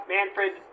Manfred